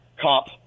cop